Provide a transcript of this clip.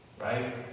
Right